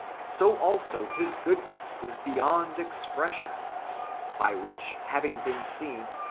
so also his goodness is beyond expression by which having been seen.